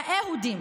האהודים,